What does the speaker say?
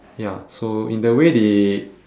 ya so in the way they